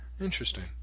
interesting